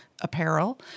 apparel